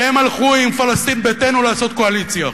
שהם הלכו עם "פלסטין ביתנו" לעשות קואליציה עכשיו.